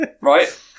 Right